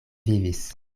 vivis